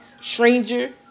Stranger